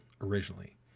originally